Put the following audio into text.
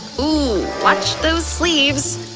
ooh, watch those sleeves!